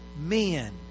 men